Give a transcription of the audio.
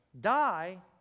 die